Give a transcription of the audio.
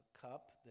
cup